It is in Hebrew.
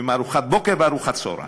עם ארוחת בוקר וארוחת צהריים.